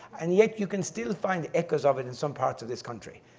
and yet you can still find echoes of it in some parts of this country,